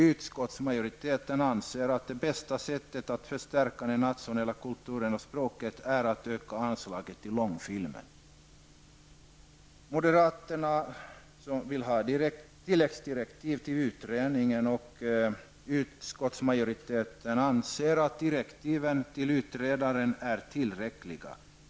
Utskottsmajoriteten anser att det bästa sättet att förstärka den nationella kulturen och språket är att öka anslaget till långfilmer. Moderaterna vill i reservation nr 2 ha tilläggsdirektiv till utredningen. Utskottsmajoriteten anser att direktiven till utredaren är tillräckliga.